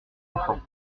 enfant